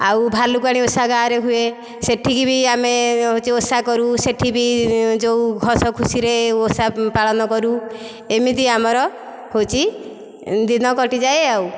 ଆଉ ଭାଲୁକୁଣି ଓଷା ଗାଁରେ ହୁଏ ସେଠିକି ବି ଆମେ ହେଉଛି ଓଷା କରୁ ସେଠି ବି ଯେଉଁ ହସଖୁସିରେ ଓଷା ପାଳନ କରୁ ଏମିତି ଆମର ହେଉଛି ଦିନ କଟିଯାଏ ଆଉ